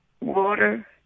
water